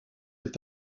est